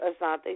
Asante